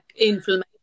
inflammation